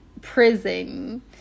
prison